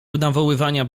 nawoływania